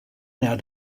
now